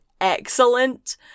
excellent